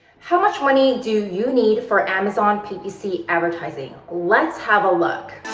how much money do you need for amazon ppc advertising? let's have a look.